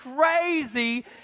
crazy